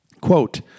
Quote